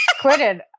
Quitted